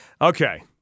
okay